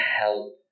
help